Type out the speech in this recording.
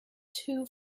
two